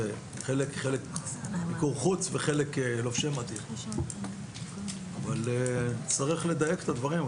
חלק הם במיקור חוץ וחלק לובשי מדים אבל נצטרך לדייק את הדברים.